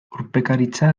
urpekaritza